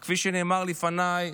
אך כפי שנאמר לפניי,